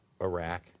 iraq